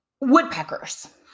woodpeckers